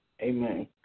Amen